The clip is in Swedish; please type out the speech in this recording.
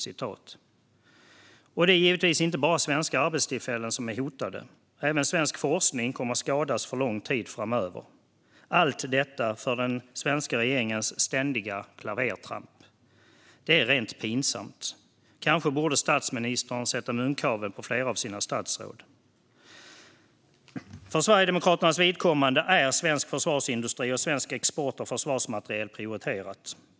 Det är givetvis inte bara svenska arbetstillfällen som är hotade. Även svensk forskning kommer att skadas för lång tid framöver. Allt detta på grund av den svenska regeringens ständiga klavertramp. Det är rent pinsamt! Kanske borde statsministern sätta munkavle på flera av sina statsråd? För Sverigedemokraternas vidkommande är svensk försvarsindustri och svensk export av försvarsmateriel prioriterade frågor.